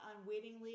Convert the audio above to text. unwittingly